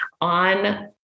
on